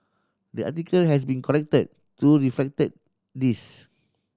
the article has been corrected to reflect this